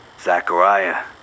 Zachariah